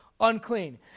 Unclean